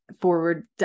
forward